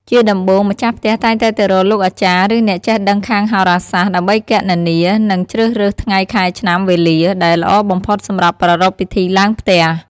ជាដំបូង ម្ចាស់ផ្ទះតែងតែទៅរកលោកអាចារ្យ ឬអ្នកចេះដឹងខាងហោរាសាស្ត្រ ដើម្បីគណនា និងជ្រើសរើសថ្ងៃ ខែ ឆ្នាំ វេលា ដែលល្អបំផុតសម្រាប់ប្រារព្ធពិធីឡើងផ្ទះ។